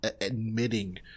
admitting